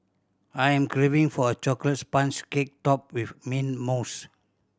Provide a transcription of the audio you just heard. I am craving for a chocolate sponge cake topped with mint mousse